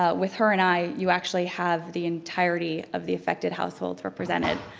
ah with her and i, you actually have the entirety of the effected households are presented.